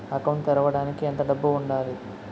Account తెరవడానికి ఎంత డబ్బు ఉండాలి?